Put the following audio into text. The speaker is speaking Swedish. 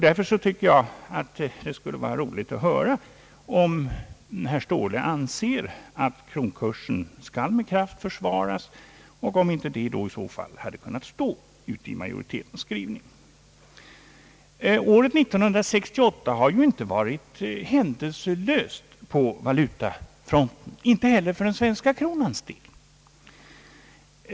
Därför tycker jag, att det skulle vara roligt att nu få höra, om herr Ståhle anser, att kronkursen skall med kraft försvaras, och om inte detta i så fall hade kunnat stå i majoritetens skrivning. År 1968 har inte varit händelselöst på valutafronten, inte heller för den svenska kronans del.